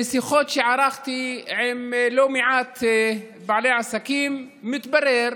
משיחות שערכתי עם לא מעט בעלי עסקים מתברר